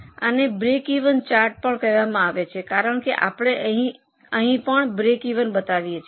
આને breakeven chart પણ કહેવામાં આવે છે કારણ કે આપણે અહીં પણ બ્રેકિવન બતાવીએ છીએ